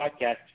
Podcast